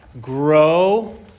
grow